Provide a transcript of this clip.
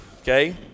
okay